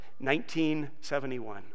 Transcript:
1971